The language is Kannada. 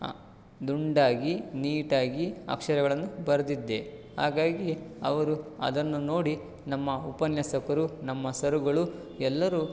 ದುಂಡಾಗಿ ನೀಟಾಗಿ ಅಕ್ಷರಗಳನ್ನು ಬರೆದಿದ್ದೆ ಹಾಗಾಗಿ ಅವರು ಅದನ್ನು ನೋಡಿ ನಮ್ಮ ಉಪನ್ಯಾಸಕರು ನಮ್ಮ ಸರ್ಗಳು ಎಲ್ಲರೂ